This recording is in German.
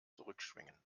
zurückschwingen